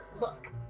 Look